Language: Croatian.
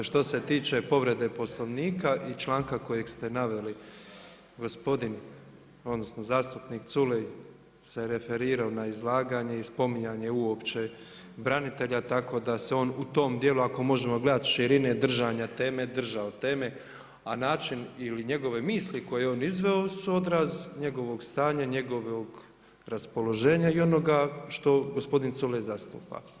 Što se tiče povrede Poslovnika i članka kojeg ste naveli, zastupnik Culej se referirao na izlaganje i spominjanje uopće branitelja, tako da se on u tom dijelu, ako možemo gledati širine držanja teme, držao teme, a način ili njegove misli koje je on izveo su odraz njegovog stanja, njegovog raspoloženja i onoga što gospodin Culej zastupa.